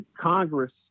Congress